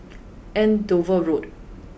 Andover Road